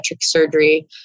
surgery